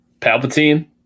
Palpatine